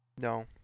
No